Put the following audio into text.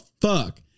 fuck